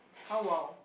how !wow!